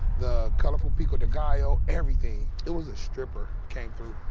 the colorful pico de gallo, everything. it was a stripper came through.